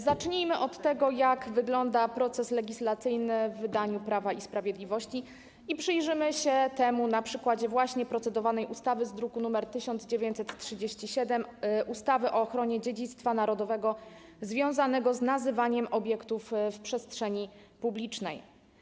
Zacznijmy od tego, jak wygląda proces legislacyjny w wydaniu Prawa i Sprawiedliwości i przyjrzymy się temu na przykładzie właśnie procedowanej ustawy z druku nr 1937 - ustawy o ochronie dziedzictwa narodowego związanego z nazywaniem obiektów przestrzeni publicznej.